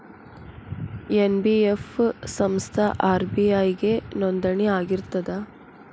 NBF ಸಂಸ್ಥಾ RBI ಗೆ ನೋಂದಣಿ ಆಗಿರ್ತದಾ?